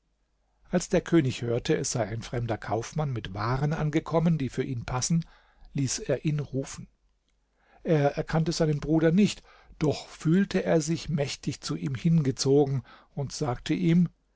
als der könig hörte es sei ein fremder kaufmann mit waren angekommen die für ihn passen ließ er ihn rufen er erkannte seinen bruder nicht doch fühlte er sich mächtig zu ihm hingezogen und sagte ihm